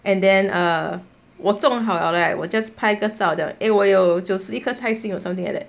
and then err 我种好了 right 我 just 拍个照 then eh 我有九十一颗菜心 or something like that